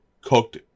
cooked